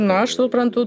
na aš suprantu